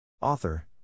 Author